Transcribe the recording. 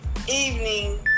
evening